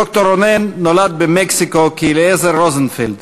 ד"ר רונן נולד במקסיקו כאליעזר רוזנפלד.